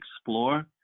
explore